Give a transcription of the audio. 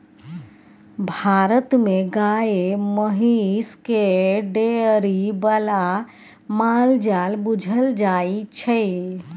भारत मे गाए महिष केँ डेयरी बला माल जाल बुझल जाइ छै